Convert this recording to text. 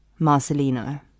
Marcelino